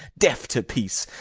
deaf to peace,